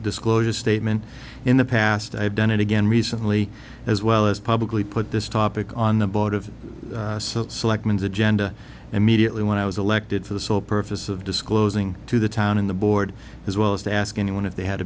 disclosure statement in the past i've done it again recently as well as publicly put this topic on the board of selectmen is agenda immediately when i was elected for the sole purpose of disclosing to the town in the board as well as to ask anyone if they had